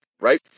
Right